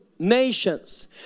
Nations